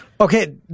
Okay